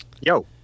Yo